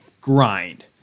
grind